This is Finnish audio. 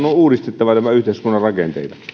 on uudistettava näitä yhteiskunnan rakenteita